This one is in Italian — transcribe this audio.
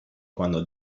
quando